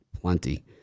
plenty